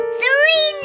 three